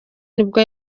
nibwo